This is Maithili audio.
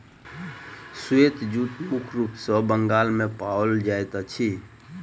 श्वेत जूट मुख्य रूप सॅ बंगाल मे पाओल जाइत अछि